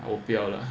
不要了